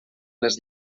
les